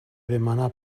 demanar